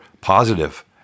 positive